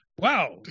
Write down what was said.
wow